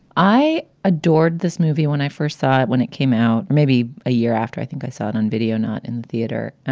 i adored this movie when i first saw it. when it came out. maybe a year after. i think i saw it on video, not in the theater.